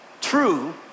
True